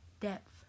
depth